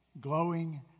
glowing